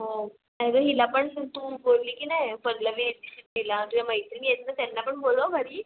हो नाही गं हिला पण सु तू बोलली की नाही पल्लवी ईला तुझ्या मैत्रिणी आहेत ना त्यांना पण बोलव घरी